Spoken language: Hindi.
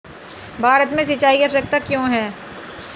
भारत में सिंचाई की आवश्यकता क्यों है?